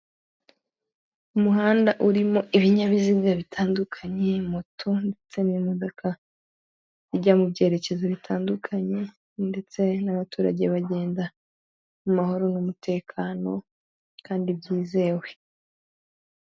Umuhanda urimo ibinyabiziga bitandukanye; moto ndetse n'imodoka ijya mu byerekezo bitandukanye ndetse n'abaturage bagenda mu mahoro n'umutekano kandi byizewe.